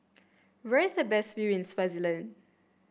where is the best view in Swaziland